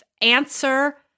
Answer